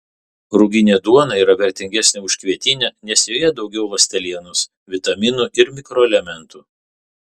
ruginė duona yra vertingesnė už kvietinę nes joje daugiau ląstelienos vitaminų ir mikroelementų